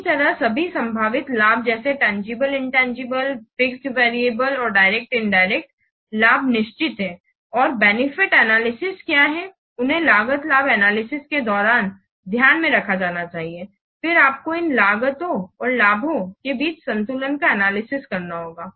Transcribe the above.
इसी तरह सभी संभावित लाभ जैसे तंजीबले िंतांगीबले फिक्स्ड वेरिएबल और डायरेक्ट इंदिरेक्ट लाभ निश्चित हैं और बेनिफिट एनालिसिस क्या हैं उन्हें लागत लाभ एनालिसिस के दौरान ध्यान में रखा जाना चाहिए फिर आपको इन लागतों और लाभों के बीच संतुलन का एनालिसिस करना होगा